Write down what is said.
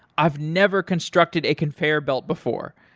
i've never constructed a conveyor belt before.